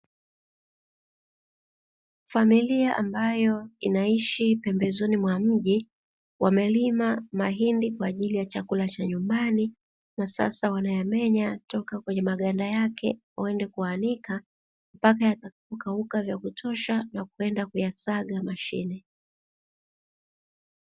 Familia ambayo inaishi pembezoni mwa mji, wamelima mahindi kwa ajili ya chakula cha nyumbani, na sasa wanayamenya kutoka kwenye maganda yake, waende kuanika mpaka kukauka vya kutosha na kwenda kuyasaga mashine.